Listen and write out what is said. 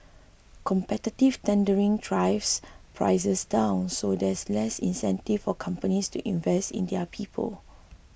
competitive tendering drives prices down so there's less incentive for companies to invest in their people